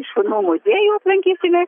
šunų muziejų aplankysime